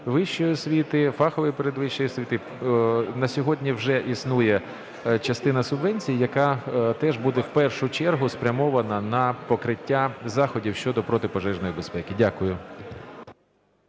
вищої освіти, фахової передвищої освіти на сьогодні вже існує частина субвенцій, яка теж буде в першу чергу спрямована на покриття заходів щодо протипожежної безпеки. Дякую.